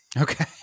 Okay